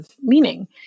meaning